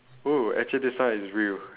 oh actually this one is real